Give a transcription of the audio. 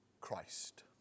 Christ